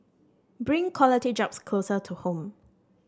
bring quality jobs closer to home